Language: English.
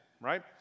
Right